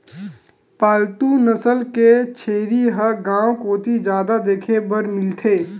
पालतू नसल के छेरी ह गांव कोती जादा देखे बर मिलथे